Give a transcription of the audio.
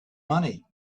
money